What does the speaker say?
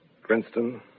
Princeton